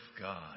God